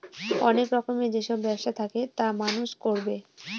অনেক রকমের যেসব ব্যবসা থাকে তা মানুষ করবে